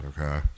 okay